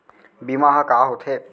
बीमा ह का होथे?